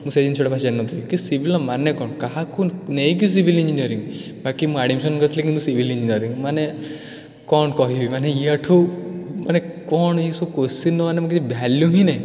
ମୁଁ ସେଇ ଜିନିଷଟା ଫାଷ୍ଟ୍ ଜାଣି ନଥିଲି କି ସିଭିଲ୍ର ମାନେ କ'ଣ କାହାକୁ ନେଇକି ସିଭିଲ୍ ଇଞ୍ଜିନିୟରିଙ୍ଗ୍ ବାକି ମୁଁ ଆଡ଼ିମିଶନ୍ କରିଥିଲି କିନ୍ତୁ ସିଭିଲ୍ ଇଞ୍ଜିନିୟରିଙ୍ଗ୍ ମାନେ କ'ଣ କହିବି ମାନେ ଏହାଠୁ ମାନେ କ'ଣ ଏସବୁ କୋଶ୍ଚିନ୍ର ମାନେ କିଛି ଭ୍ୟାଲୁ ହିଁ ନାହିଁ